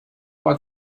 what